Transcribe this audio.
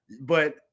But-